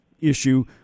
issue